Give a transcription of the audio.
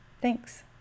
Thanks